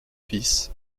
fils